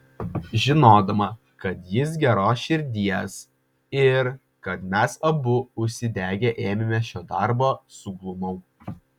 žinodama kad jis geros širdies ir kad mes abu užsidegę ėmėmės šio darbo suglumau